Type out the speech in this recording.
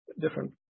different